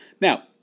Now